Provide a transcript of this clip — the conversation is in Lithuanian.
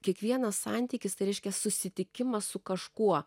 kiekvienas santykis tai reiškia susitikimas su kažkuo